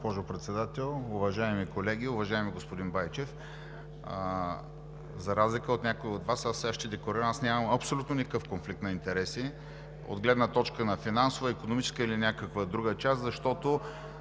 Уважаема госпожо Председател, уважаеми колеги! Уважаеми господин Байчев, за разлика от някои от Вас, ще декларирам, че аз нямам абсолютно никакъв конфликт на интереси от гледна точка на финансова, икономическа или някаква друга част, защото